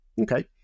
Okay